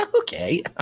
Okay